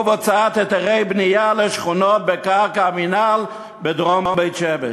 הוצאת היתרי בנייה לשכונות בקרקע המינהל בדרום בית-שמש.